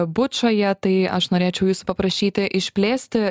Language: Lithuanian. bučoje tai aš norėčiau jūsų paprašyti išplėsti